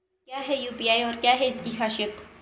क्या है यू.पी.आई और क्या है इसकी खासियत?